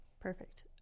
Perfect